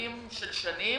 ארוכים של שנים,